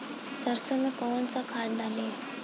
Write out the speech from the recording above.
सरसो में कवन सा खाद डाली?